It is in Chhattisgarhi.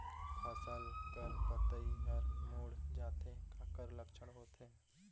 फसल कर पतइ हर मुड़ जाथे काकर लक्षण होथे?